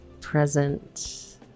present